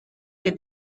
que